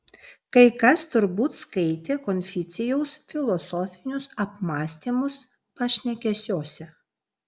kai kas turbūt skaitė konfucijaus filosofinius apmąstymus pašnekesiuose